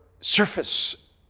surface